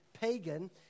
pagan